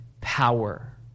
power